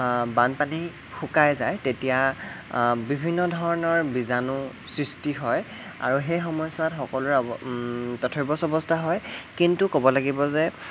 বানপানী শুকাই যায় তেতিয়া বিভিন্ন ধৰণৰ বীজাণু সৃষ্টি হয় আৰু সেই সময়চোৱাত সকলোৰে তথৈবচ অৱস্থা হয় কিন্তু ক'ব লাগিব যে